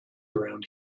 around